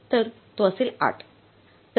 तर तो असेल 8